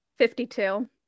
52